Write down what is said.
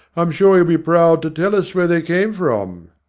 i'm sure you'll be proud to tell us where they came from.